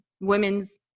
women's